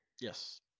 Yes